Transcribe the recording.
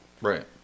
Right